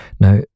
Now